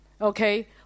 okay